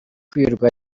kwirirwa